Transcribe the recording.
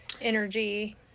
energy